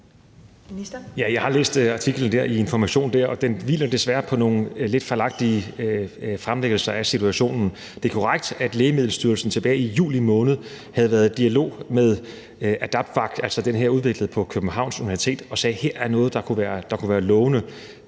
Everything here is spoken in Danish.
Jeg har læst artiklen i Information, og den hviler desværre på nogle lidt fejlagtige fremlæggelser af situationen. Det er korrekt, at Lægemiddelstyrelsen tilbage i juli måned havde været i dialog med AdaptVac – den er altså udviklet på Københavns Universitet – og sagde: Her er noget, der kunne være lovende.